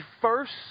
first